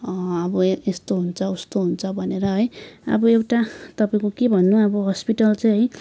अब यस्तो हुन्छ उस्तो हुन्छ भनेर है अब एउटा तपाईँको के भन्नु अब हस्पिटल चाहिँ है